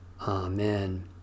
Amen